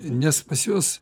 nes pas juos